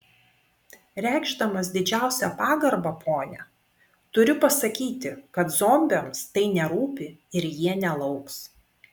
reikšdamas didžiausią pagarbą ponia turiu pasakyti kad zombiams tai nerūpi ir jie nelauks